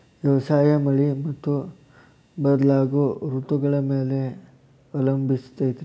ವ್ಯವಸಾಯ ಮಳಿ ಮತ್ತು ಬದಲಾಗೋ ಋತುಗಳ ಮ್ಯಾಲೆ ಅವಲಂಬಿಸೈತ್ರಿ